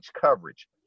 coverage